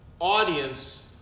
audience